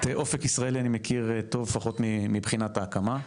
את אופק ישראלי אני מכיר טוב, לפחות מבחינת ההקמה,